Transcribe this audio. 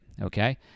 Okay